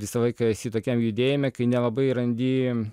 visą laiką esi tokiam judėjime kai nelabai randi